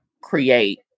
create